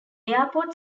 airport